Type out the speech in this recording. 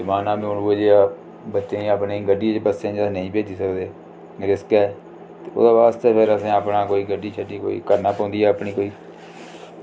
चढ़ाना में रोज़ अपनी बस्सें ई नेईं भेज़ी सकदे रिस्क ऐ ते इह्दे आस्तै रोज़ नेईं करना पौंदी ऐ